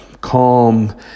calm